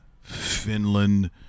Finland